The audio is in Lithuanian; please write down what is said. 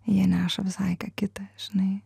jie neša visai ką kita žinai